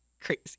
crazy